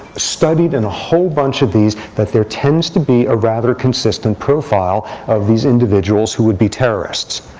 studied in a whole bunch of these that there tends to be a rather consistent profile of these individuals who would be terrorists.